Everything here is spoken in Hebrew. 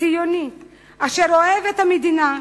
ציוני אשר אוהב את המדינה,